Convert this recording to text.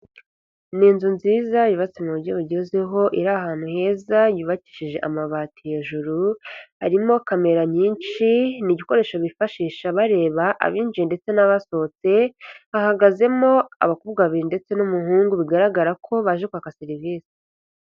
Ni inzu nziza yubatse mu buryo bugezeho, iri ahantu heza yubakishije amabati hejuru. Harimo camera nyinshi, ni igikoresho bifashisha bareba abinjiye ndetse n'abasohotse, hahagazemo abakobwa babiri ndetse n'umuhungu bigaragara ko baje kwaka serivise.